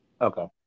Okay